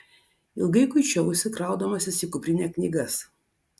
ilgai kuičiausi kraudamasis į kuprinę knygas